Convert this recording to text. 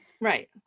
Right